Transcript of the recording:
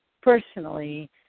personally